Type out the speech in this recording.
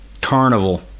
carnival